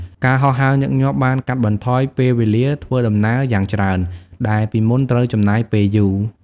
ការហោះហើរញឹកញាប់បានកាត់បន្ថយពេលវេលាធ្វើដំណើរយ៉ាងច្រើនដែលពីមុនត្រូវចំណាយពេលយូរ។